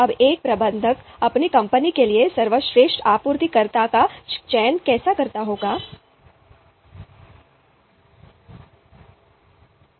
अब एक प्रबंधक अपनी कंपनी के लिए सर्वश्रेष्ठ आपूर्तिकर्ता का चयन कैसे करता है